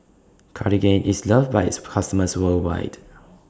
Cartigain IS loved By its customers worldwide